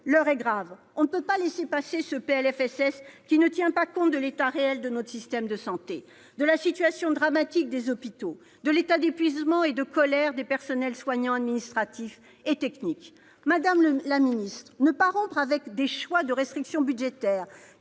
l'heure est grave. Il n'est pas possible de laisser passer ce PLFSS qui ne tient pas compte de l'état réel de notre système de santé, de la situation dramatique des hôpitaux, de l'état d'épuisement et de colère des personnels soignants, administratifs et techniques. Madame la ministre, ne pas rompre avec des choix de restrictions budgétaires